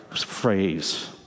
phrase